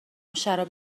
شراب